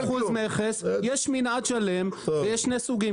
בין אפס מכס ל-100% מכס יש מנעד שלם ויש שני סוגים,